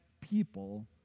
people